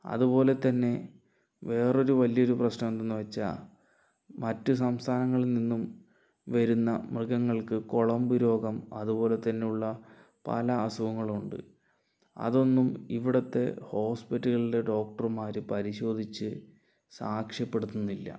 അതുപോലെ തന്നെ വേറെ ഒരു വലിയ ഒരു പ്രശ്നം എന്ത് എന്ന് വെച്ചാൽ മറ്റു സംസ്ഥാനങ്ങളിൽ നിന്നും വെരുന്ന മൃഗങ്ങൾക്ക് കുളമ്പ് രോഗം അതുപോലെ തന്നെയുള്ള പല അസുഖങ്ങളുണ്ട് അതൊന്നും ഇവിടുത്തെ ഹോസ്പിറ്റലിലെ ഡോക്ടർമാര് പരിശോധിച്ച് സാക്ഷ്യപെടുത്തുന്നില്ല